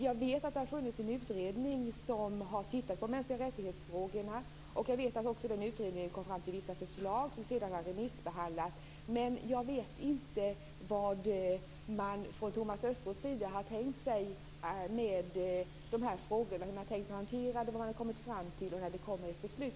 Jag vet att det har funnits en utredning som har undersökt frågorna om mänskliga rättigheter. Jag vet också att den utredningen kom fram till vissa förslag som sedan har remissbehandlats. Men jag vet inte hur man från Thomas Östros sida har tänkt sig att hantera de här frågorna, vad man har kommit fram till och när det kommer ett beslut.